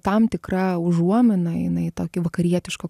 tam tikra užuomina jinai į tokį vakarietišką